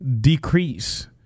decrease